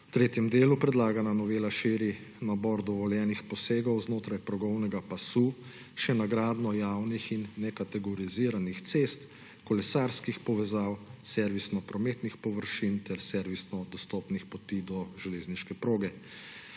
V tretjem delu predlagana novela širi nabor dovoljenih posegov znotraj progovnega pasu še na gradnjo javnih in nekategoriziranih cest, kolesarskih povezav, servisnih prometnih površin ter servisnih dostopnih poti do železniške proge.